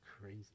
crazy